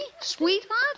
sweetheart